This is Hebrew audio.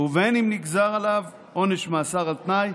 ובין אם נגזר עליו עונש מאסר על תנאי,